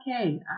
okay